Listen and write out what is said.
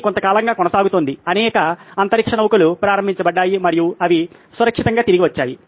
ఇది కొంతకాలంగా కొనసాగుతోంది అనేక అంతరిక్ష నౌకలు ప్రారంభించబడ్డాయి మరియు అవి సురక్షితంగా తిరిగి వచ్చాయి